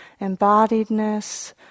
embodiedness